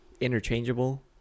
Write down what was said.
interchangeable